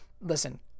listen